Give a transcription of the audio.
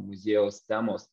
muziejaus temos